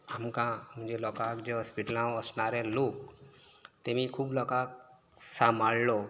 आमकां म्हणजे लोकांक जे हॉस्पिटलांत वचणारे लोक तेमी खूब लोकांक सांबाळ्ळो